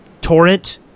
torrent